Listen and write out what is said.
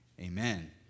Amen